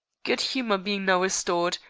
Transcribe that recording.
good-humor being now restored,